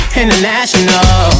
international